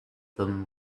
them